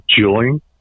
join